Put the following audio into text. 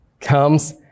comes